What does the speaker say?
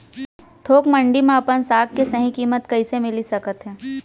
थोक मंडी में अपन साग के सही किम्मत कइसे मिलिस सकत हे?